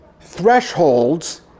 thresholds